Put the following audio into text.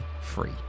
free